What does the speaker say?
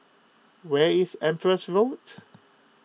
where is Empress Road